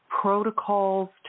protocols